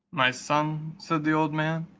my son, said the old man,